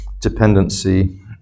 dependency